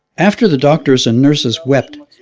after the doctors and nurses wept,